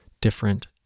different